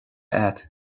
agat